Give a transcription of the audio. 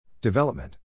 Development